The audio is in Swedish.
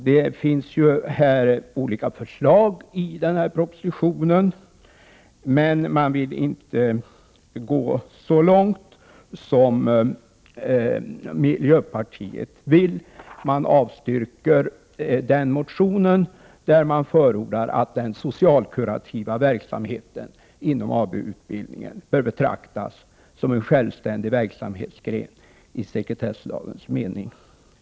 I propositionen finns olika förslag, men man vill inte gå så långt som miljöpartiet vill. Utskottet avstyrker motionen, som förordar att den socialkurativa verksamheten inom AMU-utbildningen betraktas som en självständig verksamhetsgren i sekretesslagens mening.